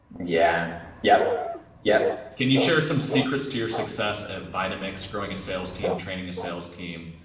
yeah yeah yeah can you share some secrets to your success at vitamix, growing a sales team, training a sales team?